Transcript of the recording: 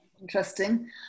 Interesting